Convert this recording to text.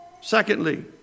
Secondly